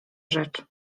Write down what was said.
rzecz